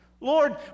Lord